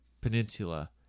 peninsula